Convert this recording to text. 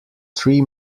three